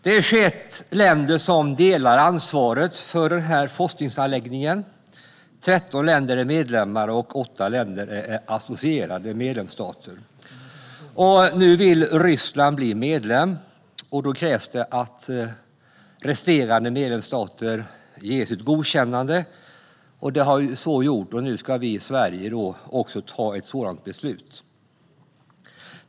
Det är 21 länder som delar ansvaret för denna forskningsanläggning. 13 länder är medlemmar, och 8 länder är associerade medlemsstater. Nu vill Ryssland bli medlem. Då krävs det att medlemsstaterna ger sitt godkännande. Det har de övriga gjort, och nu ska även Sverige fatta ett sådant beslut.